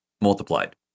Multiplied